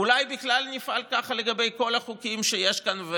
אולי נפעל ככה לגבי כל החוקים שיש כאן.